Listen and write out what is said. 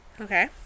okay